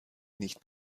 nicht